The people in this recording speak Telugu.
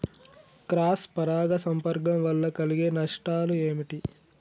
క్రాస్ పరాగ సంపర్కం వల్ల కలిగే నష్టాలు ఏమిటి?